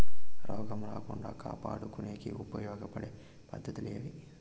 రోగం రాకుండా కాపాడుకునేకి ఉపయోగపడే పద్ధతులు ఏవి?